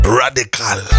radical